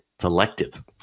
Selective